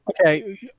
Okay